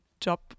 job